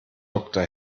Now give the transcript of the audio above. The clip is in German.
doktor